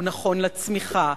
הוא נכון לצמיחה,